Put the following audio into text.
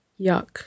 yuck